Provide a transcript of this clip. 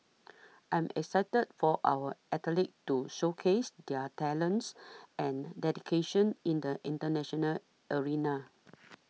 I am excited for our athletes to showcase their talents and dedication in the international arena